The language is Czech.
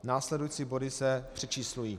Následující body se přečíslují.